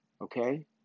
Okay